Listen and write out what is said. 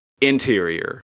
Interior